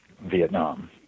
Vietnam